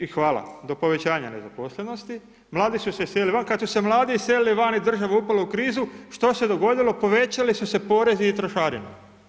I hvala, do povećanja nezaposlenosti mladi su se iselili van, kad su se mladi iselili van i država je upala u krizu, što se dogodilo, povećali su se porezi i trošarine.